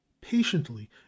patiently